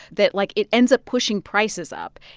that, like, it ends up pushing prices up.